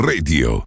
Radio